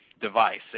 device